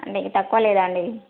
అండి తక్కువ లేదా అండి